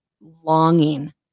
longing